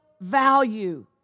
value